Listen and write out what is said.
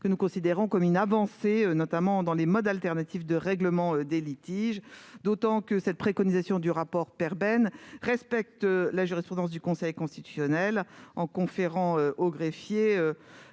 Nous considérons que c'est une avancée pour les modes alternatifs de règlement des litiges, d'autant que cette préconisation du rapport Perben respecte la jurisprudence du Conseil constitutionnel en conférant aux greffiers